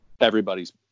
everybody's